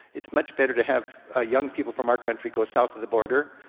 it's much better to have ah young people from our country go south of the border,